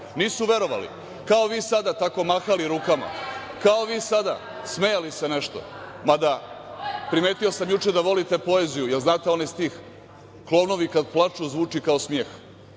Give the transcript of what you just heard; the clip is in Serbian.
Nisu verovali, kao vi sada tako mahali rukama, kao vi sada smejali se nešto. Mada primetio sam juče da volite poeziju, jel znate onaj stih – klovnovi kad plaču zvuči kao smeh.